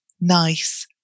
nice